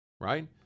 right